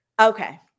Okay